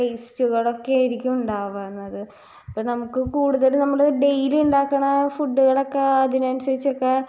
ടേസ്റ്റുകളുമൊക്കെ ആയിരിക്കും ഉണ്ടാവുന്നത് അപ്പം നമുക്ക് കൂടുതൽ നമ്മള് ഡെയിലി ഉണ്ടാക്കുന്ന ഫുഡുകളൊക്കെ അതിനനുസരിച്ചൊക്കെ